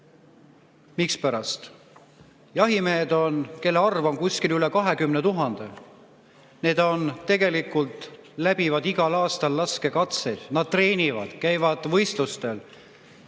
Mispärast? Jahimehed, kelle arv on kuskil üle 20 000, tegelikult läbivad igal aastal laskekatsed. Nad treenivad, käivad võistlustel.